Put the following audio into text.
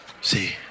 See